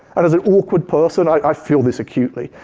and as an awkward person i feel this acutely.